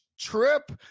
trip